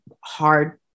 hard